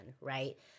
right